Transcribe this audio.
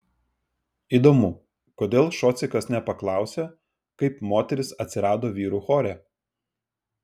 įdomu kodėl šocikas nepaklausė kaip moteris atsirado vyrų chore